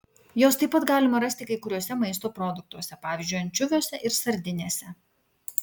jos taip pat galima rasti kai kuriuose maisto produktuose pavyzdžiui ančiuviuose ir sardinėse